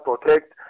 protect